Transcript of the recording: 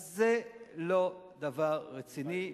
אז זה לא דבר רציני,